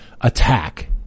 attack